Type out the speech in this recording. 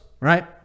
right